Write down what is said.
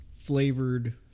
flavored